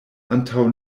antaŭ